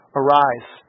arise